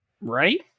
right